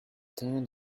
turned